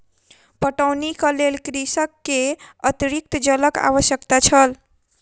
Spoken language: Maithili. पटौनीक लेल कृषक के अतरिक्त जलक आवश्यकता छल